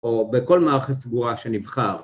או בכל מערכת סגורה שנבחר.